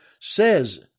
says